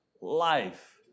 life